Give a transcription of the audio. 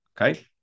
Okay